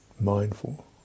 mindful